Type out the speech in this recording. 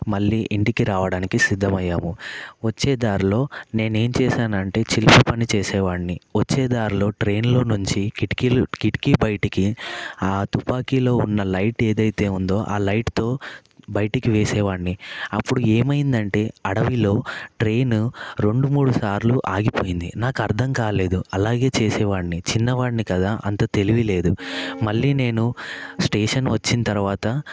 మళ్ళీ ఇంటికి రావడానికి సిద్ధమయ్యాము వచ్చే దారిలో నేనేం చేశాను అంటే చిలిపి పని చేసేవాడిని వచ్చే దారిలో ట్రైన్లో నుంచి కిటికీలు కిటికీ బయటికి ఆ తుపాకీలో ఉన్న లైట్ ఏదైతే ఉందో ఆ లైట్తో బయటికి వేసేవాడిని అప్పుడు ఏమైందంటే అడవిలో ట్రైన్ రెండు మూడు సార్లు ఆగిపోయింది నాకు అర్థం కాలేదు అలాగే చేసే వాడిని చిన్నవాడిని కదా అంత తెలివి లేదు మళ్ళీ నేను స్టేషన్ వచ్చిన తర్వాత